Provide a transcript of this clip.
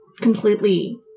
completely